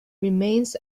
remains